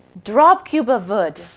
drop cube of wood.